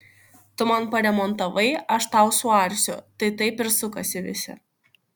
tu man paremontavai aš tau suarsiu tai taip ir sukasi visi